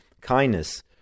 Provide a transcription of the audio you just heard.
kindness